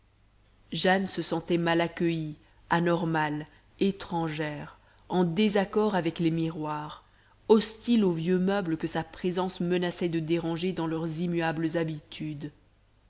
jane se sentait mal accueillie anormale étrangère en désaccord avec les miroirs hostile aux vieux meubles que sa présence menaçait de déranger dans leurs immuables attitudes